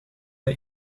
hij